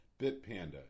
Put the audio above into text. Bitpanda